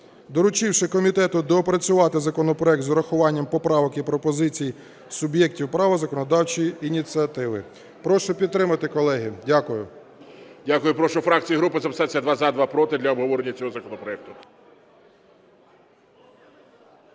доручивши комітету доопрацювати законопроект з урахуванням поправок і пропозицій суб'єктів права законодавчої ініціативи. Прошу підтримати, колеги. Дякую. ГОЛОВУЮЧИЙ. Дякую. Прошу фракції і групи записатися: два – за, два – проти, для обговорення цього законопроекту.